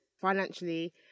financially